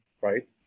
right